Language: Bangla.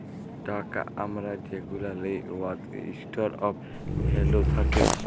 টাকা আমরা যেগুলা লিই উয়াতে ইস্টর অফ ভ্যালু থ্যাকে